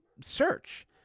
search